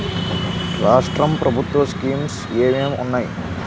రాష్ట్రం ప్రభుత్వ స్కీమ్స్ ఎం ఎం ఉన్నాయి?